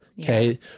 okay